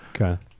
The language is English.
okay